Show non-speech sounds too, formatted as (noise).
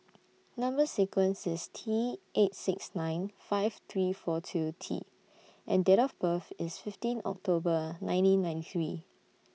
(noise) Number sequence IS T eight six nine five three four two T and Date of birth IS fifteen October nineteen ninety three